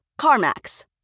CarMax